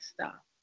stop